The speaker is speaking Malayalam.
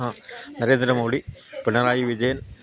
ആ നരേന്ദ്ര മോഡി പിണറായി വിജയൻ